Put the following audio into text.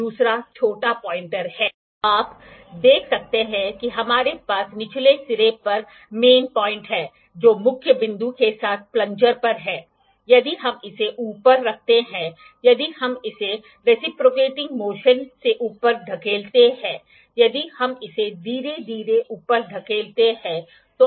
यदि आप angular measurement को देखें तो ये कुछ उपकरण हैं जिन्हें हम इकट्ठा करते हैं हम जाएंगे और इसे हम विस्तार से देखेंगे